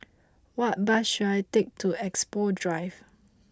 what bus should I take to Expo Drive